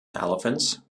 elephants